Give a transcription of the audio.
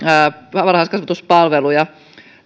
varhaiskasvatuspalveluja